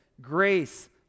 grace